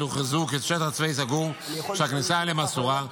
הוכרזו כשטח צבאי סגור שהכניסה אליהם אסורה,